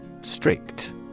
Strict